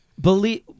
believe